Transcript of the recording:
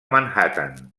manhattan